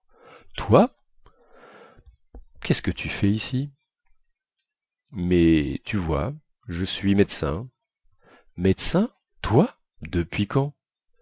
toi quest ce que tu fais ici mais tu vois je suis médecin médecin toi depuis quand